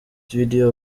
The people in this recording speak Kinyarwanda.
video